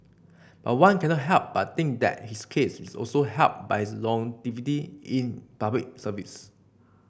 but one cannot help but think that his case is also helped by his longevity in Public Service